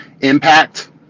impact